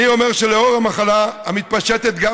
אני אומר שלנוכח המחלה המתפשטת גם